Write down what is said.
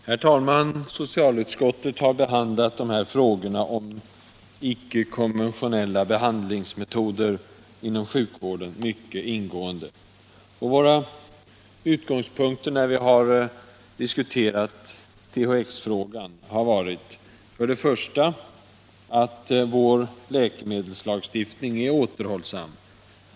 Herr talman! Socialutskottet har behandlat frågorna om icke-konventionella behandlingsmetoder inom sjukvården mycket ingående. Våra utgångspunkter när vi diskuterat THX har varit: 1. Vår läkemedelslagstiftning är återhållsam.